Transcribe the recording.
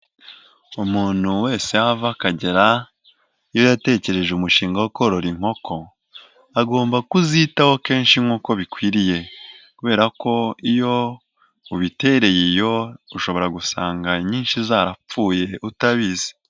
Umuntu wese aho ava akagera iyo yatekereje umushinga wo korora inkoko, agomba kuzitaho kenshi nk'uko bikwiriye kubera ko iyo ubitereye iyo ushobora gusanga nyinshi zarapfuye utabizi.